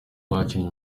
bakinnye